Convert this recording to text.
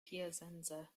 piacenza